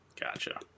Gotcha